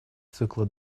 цикла